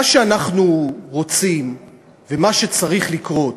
מה שאנחנו רוצים ומה שצריך לקרות